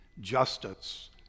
justice